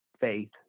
faith